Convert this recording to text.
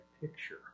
picture